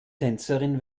tänzerin